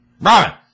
Robin